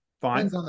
Fine